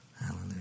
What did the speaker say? Hallelujah